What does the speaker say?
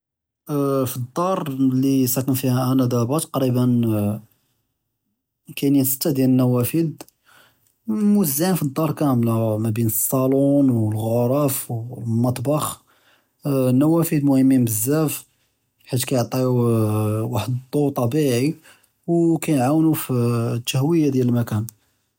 פַלְדַּאר לִי סַאקְן פִיהَا אַנַא דַאבַּא תַקרִיבַּא קַאיִנִין סִתַּה דִיַאל לְנַּוַאפְذ מְזוּעִין פַלְדַּאר כַּאמְלָה מַאבֵּּין סַאלוֹן וּלְחֻ'רוּף וּלְמַטְבַּח, לְנַּוַאפְذ מְהִימִּין בְּזַאף חֵית כַּאיַעְטִיוּ וַחְד אֶצְּדוּ טַבִיעִי וּכַאיַעַאוּנוּ פַלְתַּהוּיַה דִיַאל לְמְקַאן.